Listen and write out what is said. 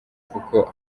kuko